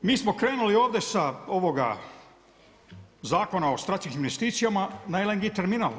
Mi smo krenuli ovde sa ovoga Zakona o strateškim investicijama na LNG terminal.